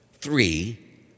Three